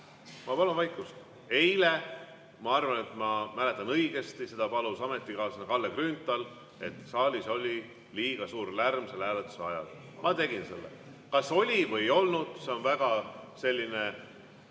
Ma palun vaikust! Eile, ma arvan, et ma mäletan õigesti, seda palus ametikaaslane Kalle Grünthal, sest saalis oli liiga suur lärm hääletuse ajal. Ma tegin selle. Kas oli või ei olnud, see on väga subjektiivne